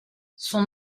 son